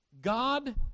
God